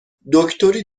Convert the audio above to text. دکتری